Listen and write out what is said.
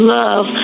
love